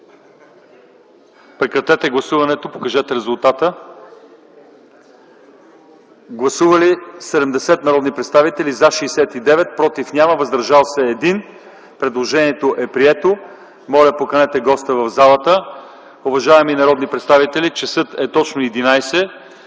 представители да гласуват. Гласували 70 народни представители: за 69, против няма, въздържал се 1. Предложението е прието. Моля поканете госта в залата. Уважаеми народни представители, часът е точно 11,00